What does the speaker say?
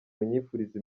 bunyifuriza